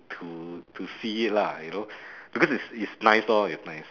to to see it lah you know because it's it's nice lor it's nice